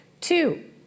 Two